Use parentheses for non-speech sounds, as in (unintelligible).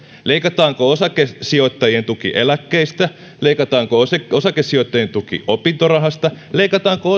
leikataanko osakesijoittajien tuki eläkkeistä leikataanko osakesijoittajien tuki opintorahasta leikataanko (unintelligible)